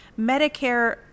Medicare